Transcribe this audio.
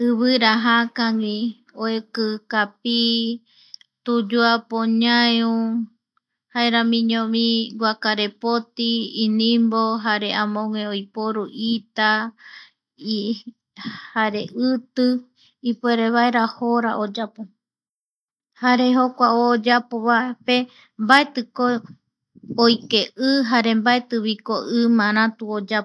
Ivira jaka gui oeki, kapi, tuyuapo ñaeu, jaeramiñovi guararepoti inimbo jare amogue oiporu ita, iti, ipuerevaera jo oyapo.